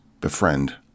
befriend